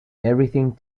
everything